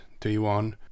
D1